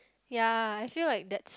ya I feel like that's